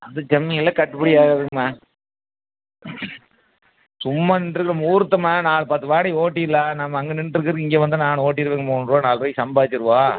அதுக்கு கம்மியாலாம் கட்டுப்படி ஆகாதுங்கம்மா சும்மா நின்றுருக்க முகூர்த்தமா நான் பத்து வாடைகைக்கி ஓட்டிடலாம் நம்ம அங்கே நின்றுட்ருக்குறதுக்கு இங்கே வந்தால் நான் ஓட்டிருவேங்க மூன்றுபா நாலு ரூவாய்க்கி சம்பாரிச்சுருவோம்